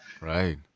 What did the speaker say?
right